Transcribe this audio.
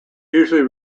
usually